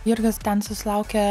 jurgis ten susilaukė